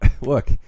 look